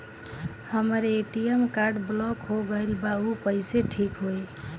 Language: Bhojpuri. हमर ए.टी.एम कार्ड ब्लॉक हो गईल बा ऊ कईसे ठिक होई?